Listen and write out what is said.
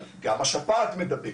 אבל גם השפעת מדבקת.